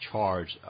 Charge